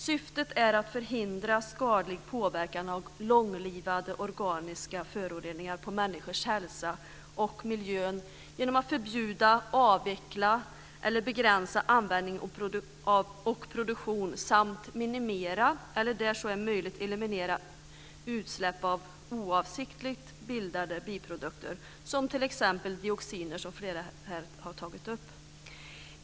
Syftet är att förhindra skadlig påverkan av långlivade organiska föroreningar på människors hälsa och miljö genom att förbjuda, avveckla eller begränsa användning och produktion av sådana föroreningar samt att minimera eller, där så är möjligt, eliminera utsläpp av oavsiktligt bildade biprodukter som t.ex. dioxiner, som flera här har tagit upp.